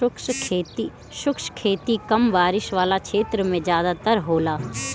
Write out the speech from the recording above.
शुष्क खेती कम बारिश वाला क्षेत्र में ज़्यादातर होला